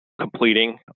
completing